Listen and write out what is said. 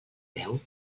deu